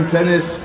Tennis